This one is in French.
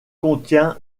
contient